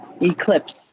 Eclipse